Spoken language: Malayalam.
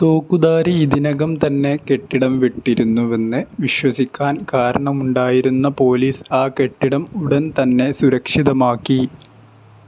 തോക്കുധാരി ഇതിനകം തന്നെ കെട്ടിടം വിട്ടിരുന്നുവെന്ന് വിശ്വസിക്കാൻ കാരണമുണ്ടായിരുന്ന പോലീസ് ആ കെട്ടിടം ഉടൻ തന്നെ സുരക്ഷിതമാക്കി